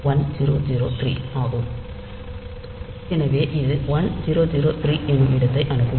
எனவே இது 1003 என்னும் இடத்தை அணுகும்